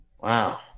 Wow